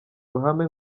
ruhame